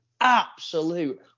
absolute